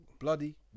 Bloody